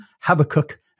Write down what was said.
Habakkuk